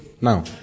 Now